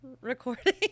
Recording